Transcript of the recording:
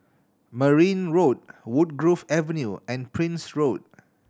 Merryn Road Woodgrove Avenue and Prince Road